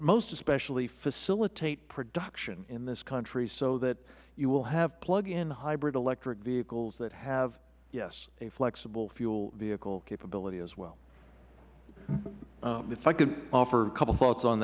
most especially to facilitate production in this country so that you will have plug in hybrid electric vehicles that have yes a flexible fuel vehicle capability as well mister hoover if i could offer a couple of thoughts on